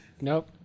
Nope